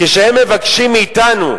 כשהם מבקשים מאתנו,